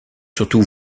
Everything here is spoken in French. surtout